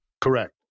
Correct